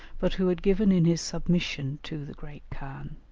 but who had given in his submission to the great khan